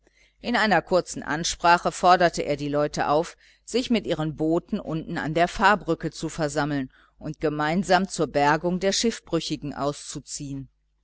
in einer kurzen ansprache forderte er die leute auf sich mit ihren booten unten an der pfarrbrücke zu versammeln und gemeinsam zur bergung der schiffbrüchigen auszuziehen